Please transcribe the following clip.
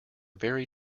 very